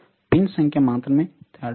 pins సంఖ్య మాత్రమే తేడా